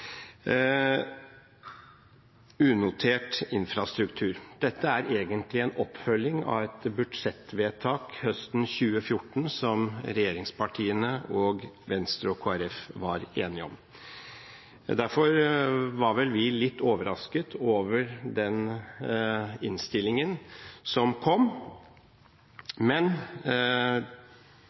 Unotert infrastruktur: Dette er egentlig en oppfølging av et budsjettvedtak høsten 2014 som regjeringspartiene og Venstre og Kristelig Folkeparti var enige om. Derfor var vi vel litt overrasket over den innstillingen som kom, men